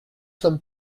sommes